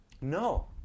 no